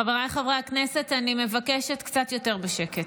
חבריי חברי הכנסת, אני מבקשת קצת יותר בשקט.